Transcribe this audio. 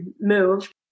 move